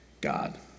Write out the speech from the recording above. God